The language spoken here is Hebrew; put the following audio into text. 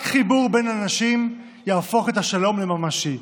רק חיבור בין אנשים יהפוך את השלום לממשי: